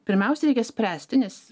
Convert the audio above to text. pirmiausia reikia spręsti nes